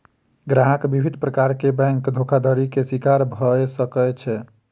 ग्राहक विभिन्न प्रकार के बैंक धोखाधड़ी के शिकार भअ सकै छै